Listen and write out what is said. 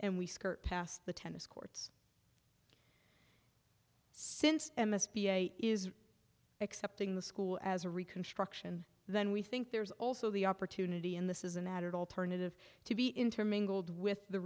and we skirt past the tennis courts since m s p is accepting the school as a reconstruction then we think there is also the opportunity and this is an added alternative to be intermingled with the